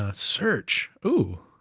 ah search, oh,